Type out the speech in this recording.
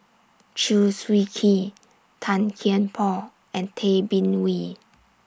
Chew Swee Kee Tan Kian Por and Tay Bin Wee